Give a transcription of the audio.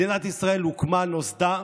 מדינת ישראל הוקמה, נוסדה,